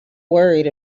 worried